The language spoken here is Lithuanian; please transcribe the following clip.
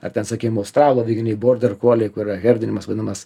ar ten sakykim australų aviganiai borderkoliai kur herdinimas vadinamas